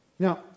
Now